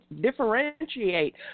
differentiate